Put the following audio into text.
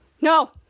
no